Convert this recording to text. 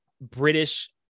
British